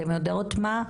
אתן יודעות מה,